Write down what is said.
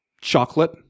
chocolate